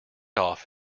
off